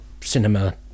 cinema